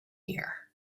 year